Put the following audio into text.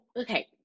okay